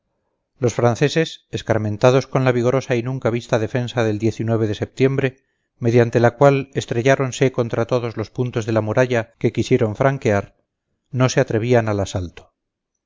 los franceses escarmentados con la vigorosa y nunca vista defensa del de setiembre mediante la cual estrelláronse contra todos los puntos de la muralla que quisieron franquear no se atrevían al asalto